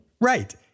Right